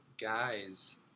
guys